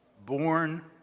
born